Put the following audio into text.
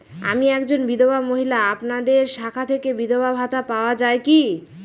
আমি একজন বিধবা মহিলা আপনাদের শাখা থেকে বিধবা ভাতা পাওয়া যায় কি?